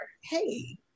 hey